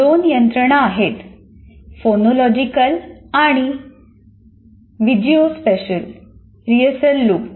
दोन यंत्रणा आहेत फोनोलॉजीकल आणि व्हिजुओस्पॅशल रीहर्सल लूप